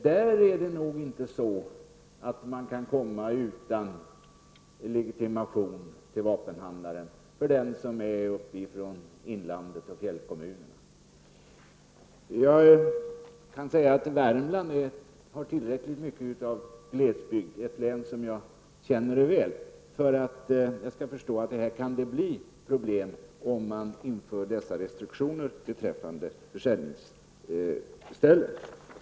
Där är det nog inte så att man kan komma utan legitimation till vapenhandlaren för den som är uppifrån inlandet och fjällkommunen. I Värmland finns tillräckligt mycket av glesbygd. Det är ett län jag känner väl, och jag kan förstå att det kan bli problem om man inför dessa restriktioner beträffande försäljningsställen.